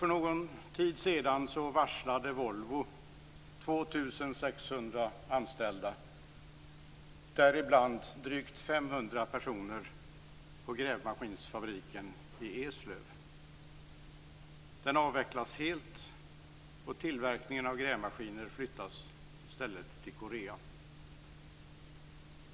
För någon tid sedan varslade Volvo 2 600 anställda, däribland drygt 500 personer på grävmaskinsfabriken i Eslöv. Den avvecklas helt, och tillverkningen av grävmaskiner flyttas i stället till Korea.